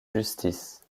justice